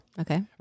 Okay